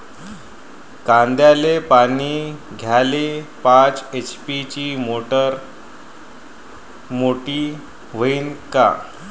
कांद्याले पानी द्याले पाच एच.पी ची मोटार मोटी व्हईन का?